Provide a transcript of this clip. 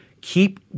keep